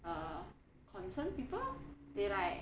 err concerned people they like